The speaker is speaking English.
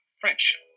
French